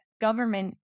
government